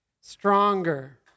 stronger